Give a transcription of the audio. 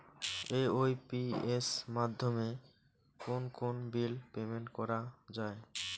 AEPS মাধ্যমে কোন কোন বিল পেমেন্ট করা যায়?